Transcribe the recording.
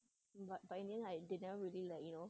but end in the end they like didn't really like you know